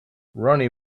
ronnie